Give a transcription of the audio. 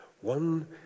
One